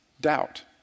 doubt